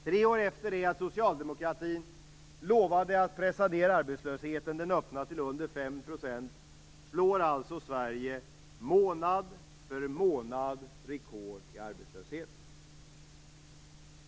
Tre år efter det att socialdemokratin lovade att pressa ned den öppna arbetslösheten till under 5 % slår alltså Sverige månad för månad rekord i arbetslöshet.